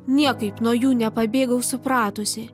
niekaip nuo jų nepabėgau supratusi